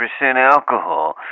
alcohol